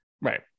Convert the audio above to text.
right